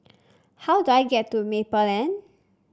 how do I get to Maple Lane